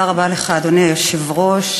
אדוני היושב-ראש,